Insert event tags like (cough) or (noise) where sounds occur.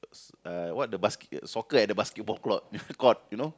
s~ uh what the basket soccer at the basketball court (breath) court you know